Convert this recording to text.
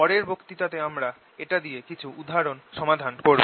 পরের বক্তৃতাতে আমরা এটা দিয়ে কিছু উদাহরণ সমাধান করব